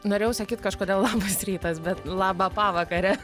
norėjau sakyt kažkodėl labas rytas bet laba pavakare